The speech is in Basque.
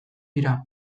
dira